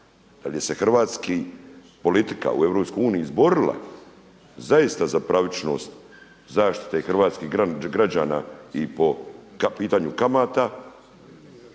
Da li se hrvatska politika u Europskoj uniji izborila zaista za pravičnost zaštite hrvatskih građana i po pitanju kamata,